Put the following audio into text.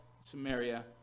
Samaria